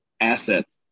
assets